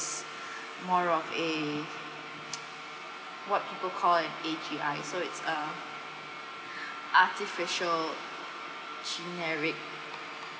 more of a what people call an A_G_I so it's uh artificial generic